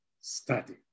study